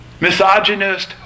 misogynist